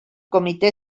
comitè